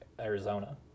Arizona